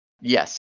Yes